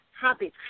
habits